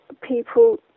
people